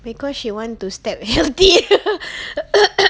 because she want to step healthy